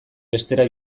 bestera